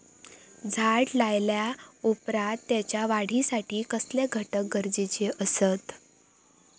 झाड लायल्या ओप्रात त्याच्या वाढीसाठी कसले घटक गरजेचे असत?